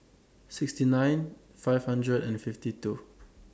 sixty nine five hundred and fifty two